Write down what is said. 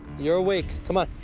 you're awake. come on.